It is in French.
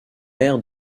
aire